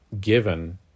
given